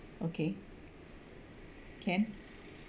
okay can